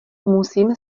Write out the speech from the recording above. musím